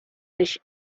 fish